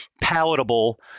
palatable